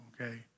okay